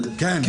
לא.